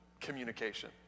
Communication